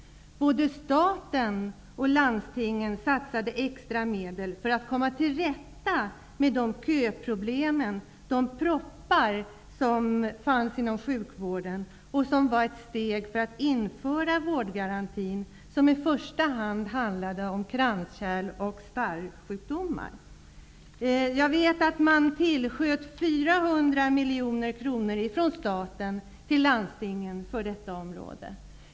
Både stat och landsting satsade extra medel för att komma till rätta med de köproblem, de proppar, som fanns inom sjukvården och som var ett steg när det gällde att införa vårdgarantin. I första hand handlade det om kranskärls och starrsjukdomar. Jag vet att staten sköt till 400 miljoner kronor till landstingen på detta område.